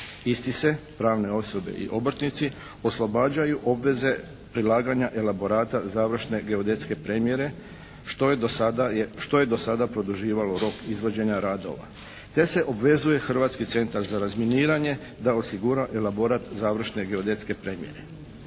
Isti se, pravne osobe i obrtnici, oslobađaju obveze prilaganja elaborata završne geodetske premjere što je do sada produživalo rok izvođenja radova, te se obvezuje Hrvatski centar za razminiranje da osigura elaborat završne geodetske premjere.